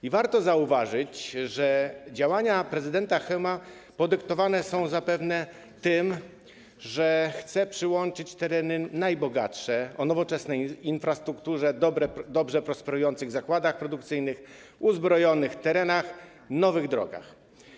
I warto zauważyć, że działania prezydenta Chełma podyktowane są zapewne tym, że chce on przyłączyć tereny najbogatsze, o nowoczesnej infrastrukturze, z dobrze prosperującymi zakładami produkcyjnymi, uzbrojonymi terenami, nowymi drogami.